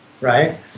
Right